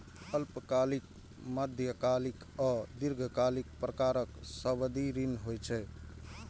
अल्पकालिक, मध्यकालिक आ दीर्घकालिक प्रकारक सावधि ऋण होइ छै